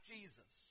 Jesus